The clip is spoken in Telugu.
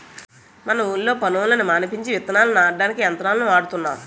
మా ఊళ్ళో పనోళ్ళని మానిపించి విత్తనాల్ని నాటడానికి యంత్రాలను వాడుతున్నాము